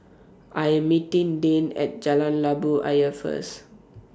I Am meeting Deann At Jalan Labu Ayer First